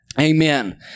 Amen